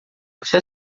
você